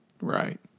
Right